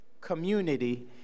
community